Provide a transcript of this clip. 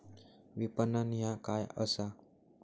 विपणन ह्या काय असा?